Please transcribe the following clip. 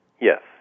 Yes